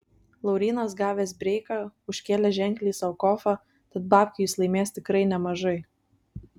laurynas gavęs breiką užkėlė ženkliai sau kofą tad babkių jis laimės tikrai nemažai